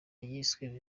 yiswe